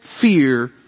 fear